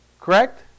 Correct